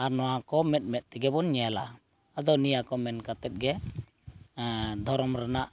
ᱟᱨ ᱱᱚᱣᱟ ᱠᱚ ᱢᱮᱸᱫ ᱢᱮᱸᱫ ᱛᱮᱜᱮ ᱵᱚᱱ ᱧᱮᱞᱟ ᱟᱫᱚ ᱱᱤᱭᱟ ᱠᱚ ᱢᱮᱱ ᱠᱟᱛᱮᱫ ᱜᱮ ᱫᱷᱚᱨᱚᱢ ᱨᱮᱱᱟᱜ